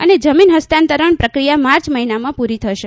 અને જમીન ફસ્તાંતરણ પ્રક્રિયા માર્ચ મહિનામાં પૂરી થશે